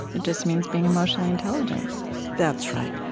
it just means being emotionally intelligent that's right.